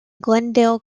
glendale